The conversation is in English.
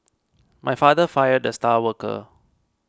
my father fired the star worker